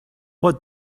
what